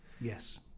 Yes